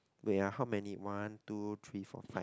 there are how many one two three four five